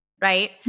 right